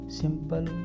simple